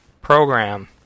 program